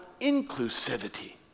inclusivity